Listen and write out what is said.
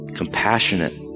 compassionate